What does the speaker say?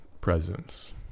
presence